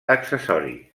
accessori